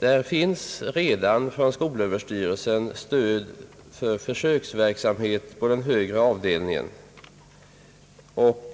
Det finns redan från skolöverstyrelsen stöd för försöksverksamhet på den högre avdelningen, och